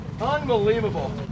Unbelievable